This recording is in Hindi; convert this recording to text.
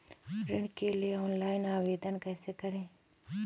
ऋण के लिए ऑनलाइन आवेदन कैसे करें?